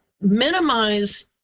minimize